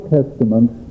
Testament